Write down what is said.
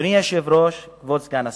אדוני היושב-ראש, כבוד סגן השר,